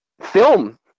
film